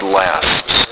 lasts